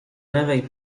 lewej